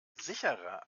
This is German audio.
sicherer